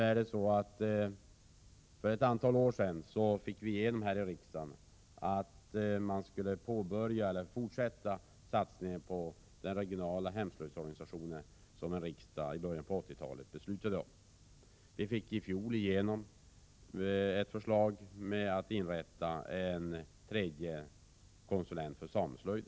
För ett antal år sedan fick vi igenom här i riksdagen att man skulle påbörja eller fortsätta satsningen på den regionala hemslöjdsorganisation som riksdagen fattade beslut om i början på 1980-talet. I fjol fick vi igenom ett förslag om att man skulle inrätta en tredje konsulent för sameslöjd.